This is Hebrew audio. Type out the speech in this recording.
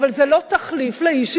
אבל זה לא תחליף לאי-שוויון.